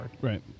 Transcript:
Right